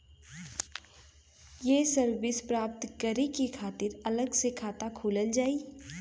ये सर्विस प्राप्त करे के खातिर अलग से खाता खोलल जाइ?